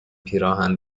پیراهن